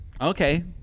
Okay